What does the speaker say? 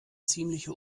ziemliche